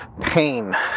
pain